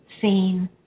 seen